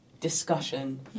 discussion